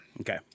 Okay